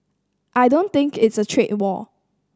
I don't think it's a trade war